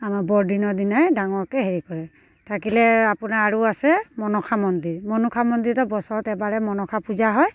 আমাৰ বৰদিনৰ দিনাই ডাঙৰকৈ হেৰি কৰে থাকিলে আপোনাৰ আৰু আছে মনসা মন্দিৰ মনসা মন্দিৰতো বছৰত এবাৰেই মনসা পূজা হয়